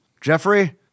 Jeffrey